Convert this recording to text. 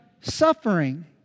suffering